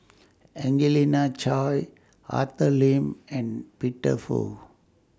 Angelina Choy Arthur Lim and Peter Fu